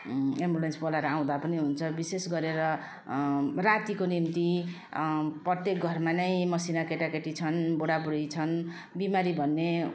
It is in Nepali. एम्बुलेन्स बोलाएर आउँदा पनि हुन्छ विशेष गरेर रातिको निम्ति प्रत्येक घरमा नै मसिना केटा केटी छन् बुढा बुढी छन् बिमारी भन्ने